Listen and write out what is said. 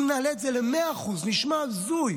אם נעלה את זה ל-100% נשמע הזוי,